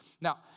Now